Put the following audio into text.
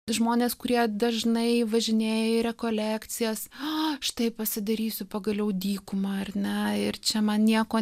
žmonės kurie dažnai važinėja į rekolekcijas a štai pasidarysiu pagaliau dykumą ar ne ir čia man nieko